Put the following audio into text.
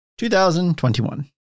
2021